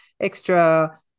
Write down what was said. extra